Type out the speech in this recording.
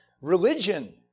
religion